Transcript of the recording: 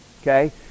okay